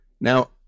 Now